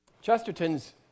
Chesterton's